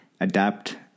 adapt